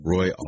Roy